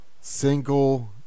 single